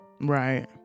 Right